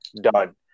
done